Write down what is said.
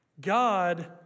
God